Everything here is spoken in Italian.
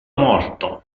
morto